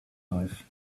life